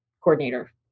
coordinator